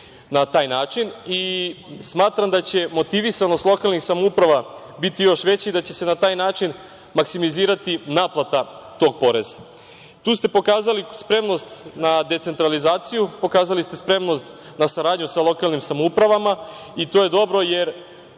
na taj način. Smatram da će motivisanost lokalnih samouprava biti još veći i da će se na taj način maksimizirati naplata tog poreza. Tu ste pokazali spremnost na decentralizaciju, pokazali ste spremnost na saradnju sa lokalnim samoupravama i to je dobro, jer